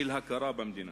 של הכרה במדינה,